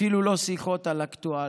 אפילו לא שיחות על אקטואליה.